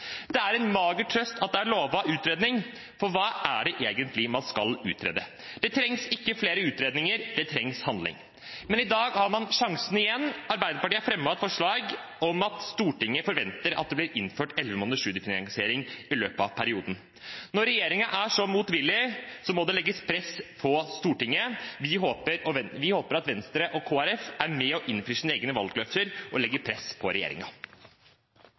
Det er en mager trøst at det er lovet utredning, for hva er det egentlig man skal utrede? Det trengs ikke flere utredninger. Det trengs handling. Men i dag har man sjansen igjen. Arbeiderpartiet, Senterpartiet og SV har fremmet et forslag om at Stortinget forventer at det blir innført elleve måneders studiefinansiering i løpet av perioden. Når regjeringen er så motvillig, må det legges press på Stortinget. Vi håper at Venstre og Kristelig Folkeparti blir med på å innfri sine egne valgløfter og legger press på